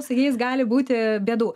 su jais gali būti bėdų